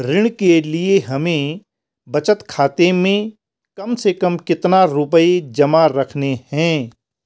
ऋण के लिए हमें बचत खाते में कम से कम कितना रुपये जमा रखने हैं?